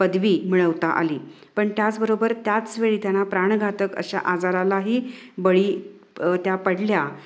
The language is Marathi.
पदवी मिळवता आली पण त्याचबरोबर त्याच वेळी त्यांना प्राणघातक अशा आजारालाही बळी त्या पडल्या